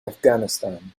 afghanistan